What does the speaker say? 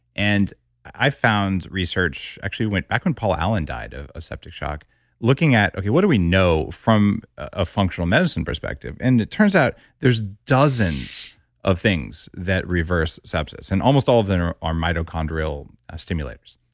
and i found research, actually back when paul allen died of of septic shock looking at, okay what do we know from a functional medicine perspective? and it turns out there's dozens of things that reverse sepsis and almost all of them are are mitochondrial stimulators.